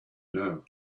know